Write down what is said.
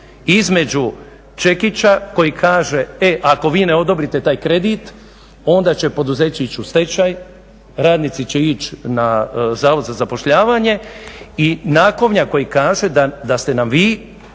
između čekića koji kaže e ako vi ne odobrite taj kredit onda će poduzeće ići u stečaj, radnici će ići na Zavod za zapošljavanje i nakovnja koji kaže da ste nam vi